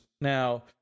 Now